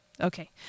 Okay